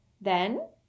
Then